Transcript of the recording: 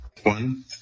One